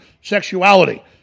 sexuality